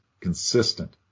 consistent